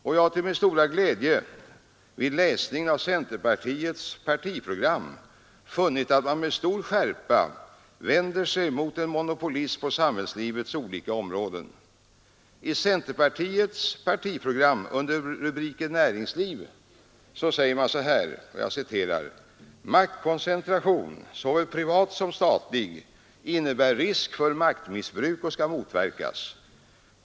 Jag har till min stora glädje vid läsningen av centerpartiets partiprogram funnit att man med stor skärpa vänder sig mot en monopolism på samhällslivets olika områden. I centerpartiets program heter det under rubriken Näringslivet: ”Maktkoncentration, såväl privat som statlig, innebär risk för maktmissbruk och skall motverkas.